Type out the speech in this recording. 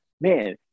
man